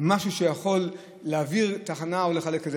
משהו שיכול להעביר תחנה או לחלק את זה.